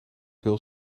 veel